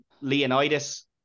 Leonidas